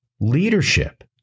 leadership